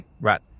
Right